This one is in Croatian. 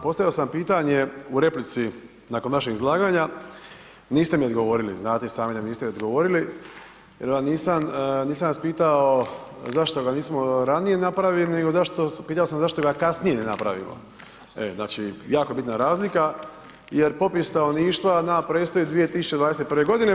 Postavio sam pitanje u replici nakon vašeg izlaganja, niste mi odgovorili, znate i sami da mi niste odgovorili jer vam nisam, nisam vas pitao zašto ga nismo ranije napravili nego zašto, pitao sam zašto ga kasnije ne napravimo, e, znači jako je bitna razlika jer popis stanovništva nama predstoji 2021. godine.